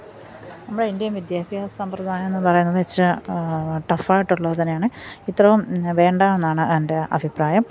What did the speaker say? നമ്മുടെ ഇന്ത്യൻ വിദ്യാഭ്യാസ സമ്പ്രദായം എന്ന് പറയുന്നതെന്നുവെച്ചാൽ ടഫ് ആയിട്ടുള്ളത് തന്നെയാണ് ഇത്രയും വേണ്ട എന്നാണ് എൻ്റെ അഭിപ്രായം